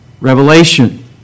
Revelation